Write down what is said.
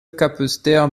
capesterre